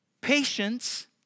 patience